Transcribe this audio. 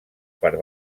per